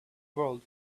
world